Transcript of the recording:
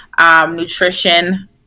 Nutrition